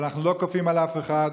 אבל אנחנו לא כופים על אף אחד,